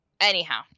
Anyhow